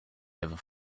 ever